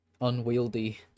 Unwieldy